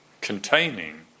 containing